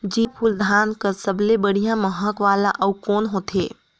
जीराफुल धान कस सबले बढ़िया महक वाला अउ कोन होथै?